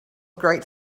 great